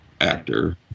actor